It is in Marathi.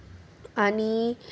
आणि